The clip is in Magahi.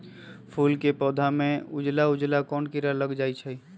फूल के पौधा में उजला उजला कोन किरा लग जई छइ?